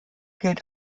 gilt